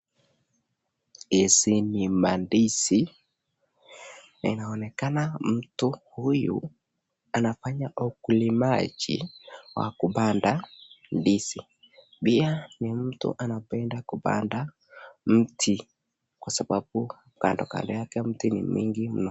Hizi ni mandizi inaonekana mtu huyu anafanya ukulimaji wa kupanda ndizi, pia ni mtu anapoenda kupanda miti kwa sababu kando kando yake miti mingi mno.